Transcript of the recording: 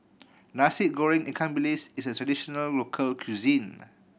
Nasi Goreng ikan bilis is a traditional local cuisine